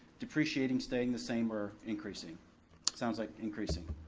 depreciating, staying the same, or increasing? it sounds like increasing.